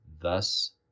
thus